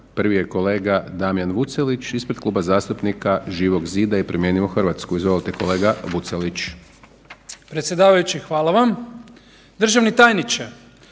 Prvi je kolega Damjan Vucelić ispred Kluba zastupnika Živog zida i Promijenimo Hrvatsku. Izvolite kolega Vucelić. **Vucelić, Damjan (Živi zid)** Predsjedavajući hvala vam. Državni tajniče.